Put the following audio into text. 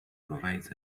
provides